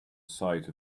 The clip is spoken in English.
sight